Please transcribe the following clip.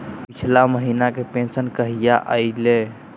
पिछला महीना के पेंसनमा कहिया आइले?